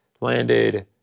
landed